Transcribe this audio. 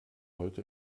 heute